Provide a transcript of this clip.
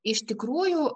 iš tikrųjų